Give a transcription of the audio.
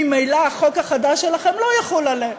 ממילא החוק החדש שלכם לא יחול עליהן.